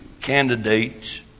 candidates